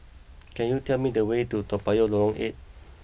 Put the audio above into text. can you tell me the way to Toa Payoh Lorong Eight